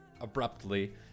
abruptly